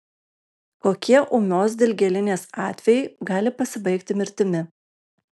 kokie ūmios dilgėlinės atvejai gali pasibaigti mirtimi